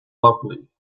lovely